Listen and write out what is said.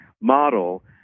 model